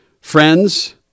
Friends